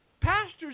Pastors